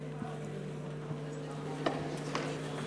תודה,